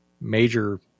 major